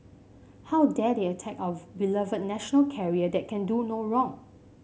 how dare they attack our beloved national carrier that can do no wrong